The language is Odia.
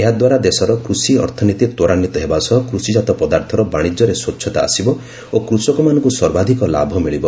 ଏହାଦ୍ୱାରା ଦେଶର କୃଷି ଅର୍ଥନୀତି ତ୍ୱରାନ୍ୱିତ ହେବା ସହ କୃଷିଜାତ ପଦାର୍ଥର ବାଶିଜ୍ୟରେ ସ୍ୱଚ୍ଛତା ଆସିବ ଓ କୃଷକମାନଙ୍କୁ ସର୍ବାଧକ ଲାଭ ମିଳିବ